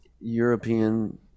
European